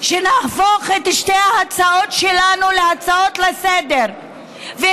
שנהפוך את שתי ההצעות שלנו להצעות לסדר-היום,